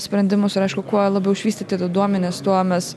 sprendimus ir aišku kuo labiau išvystyti tie duomenys tuo mes